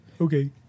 Okay